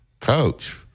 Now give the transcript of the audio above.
coach